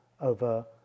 over